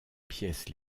pièces